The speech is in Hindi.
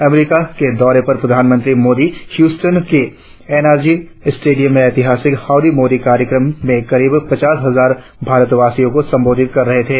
अमेरिका के दौरे पर प्रधानमंत्री मोदी ह्यूस्टन के एन आर जी स्टेडियम में ऐतिहासिक हाउडी मोदी कार्यक्रम में करीब पचास हजार भारत वासियों को संबोधित कर रहे थे